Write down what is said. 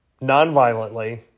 non-violently